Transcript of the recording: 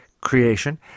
Creation